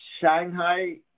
Shanghai